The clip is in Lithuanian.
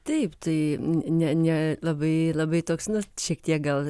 taip tai ne ne labai labai toks nu šiek tiek gal